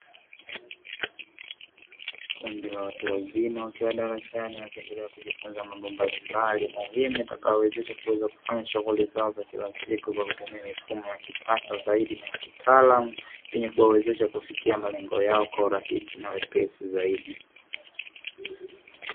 Kundi la watu wazima wakiwa darasani wakiendelea kujifunza mambo mbalimbali muhimu, yatakayowawezesha kuweza kufanya shughuli zao za kilasiku, kwa kutumia mifumo ya kisasa zaidi na ya kitaalamu, yenye kuwawezesha kufikia malengo yao kwa urahisi na wepesi zaidi.